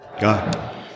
God